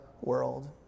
world